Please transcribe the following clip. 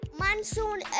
Monsoon